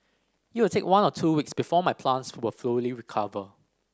it will take one or two weeks before my plants will fully recover